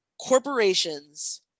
corporations